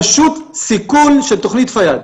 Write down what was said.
פשוט סיכול של תוכנית פיאד.